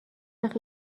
وقت